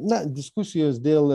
na diskusijos dėl